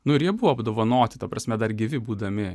nu ir jie buvo apdovanoti ta prasme dar gyvi būdami